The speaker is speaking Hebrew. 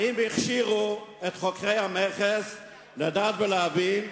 האם הכשירו את חוקרי המכס לדעת ולהבין אם